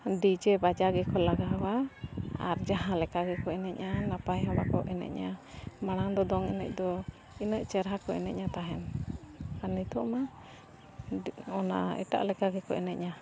DJ ᱵᱟᱡᱟᱣ ᱜᱮᱠᱚ ᱞᱟᱜᱟᱣᱟ ᱟᱨ ᱡᱟᱦᱟᱸ ᱞᱮᱠᱟ ᱜᱮᱠᱚ ᱮᱱᱮᱡᱼᱟ ᱱᱟᱯᱟᱭ ᱦᱚᱸ ᱵᱟᱠᱚ ᱮᱱᱮᱡᱟ ᱢᱟᱲᱟᱝ ᱫᱚ ᱫᱚᱝ ᱮᱱᱮᱡ ᱫᱚ ᱤᱱᱟᱹᱜ ᱪᱮᱨᱦᱟ ᱠᱚ ᱮᱱᱮᱡᱟ ᱛᱟᱦᱮᱱ ᱟᱨ ᱱᱤᱛᱚᱜᱼᱢᱟ ᱚᱱᱟ ᱮᱴᱟᱜ ᱞᱮᱠᱟ ᱜᱮᱠᱚ ᱮᱱᱮᱡᱼᱟ